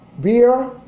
Beer